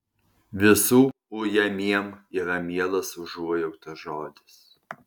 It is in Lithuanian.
visų ujamiem yra mielas užuojautos žodis